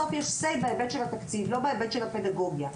Say בהיבט של התקציב; לא בהיבט של הפדגוגיה.